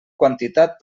quantitat